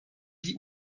die